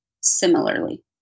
similarly